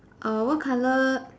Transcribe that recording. err what colour